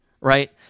right